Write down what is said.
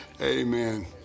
Amen